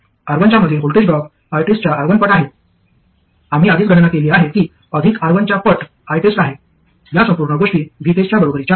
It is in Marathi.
R1च्या मधील व्होल्टेज ड्रॉप ITEST च्या R1 पट आहे आम्ही आधीच गणना केली आहे की अधिक R1च्या पट ITEST आहे या संपूर्ण गोष्टी VTEST च्या बरोबरीच्या आहेत